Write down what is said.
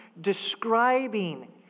describing